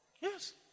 Yes